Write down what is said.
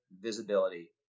visibility